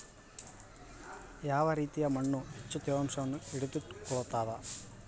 ಯಾವ ರೇತಿಯ ಮಣ್ಣು ಹೆಚ್ಚು ತೇವಾಂಶವನ್ನು ಹಿಡಿದಿಟ್ಟುಕೊಳ್ತದ?